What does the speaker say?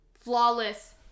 Flawless